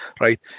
right